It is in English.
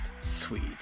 Sweet